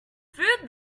food